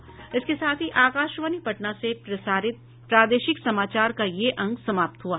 इसके साथ ही आकाशवाणी पटना से प्रसारित प्रादेशिक समाचार का ये अंक समाप्त हुआ